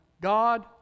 God